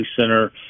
Center